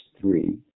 three